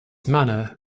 manner